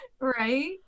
Right